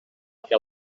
que